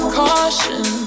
caution